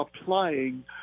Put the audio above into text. applying